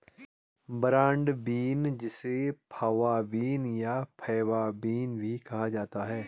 broad bean जिसे fava bean या faba bean भी कहा जाता है